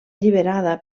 alliberada